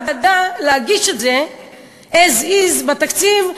בוועדה להגיש את זה as is בתקציב,